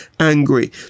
Angry